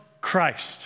Christ